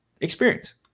experience